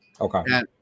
Okay